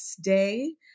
day